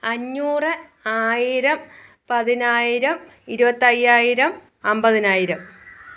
അഞ്ഞൂറ് ആയിരം പതിനായിരം ഇരുപത്തയ്യായിരം അമ്പതിനായിരം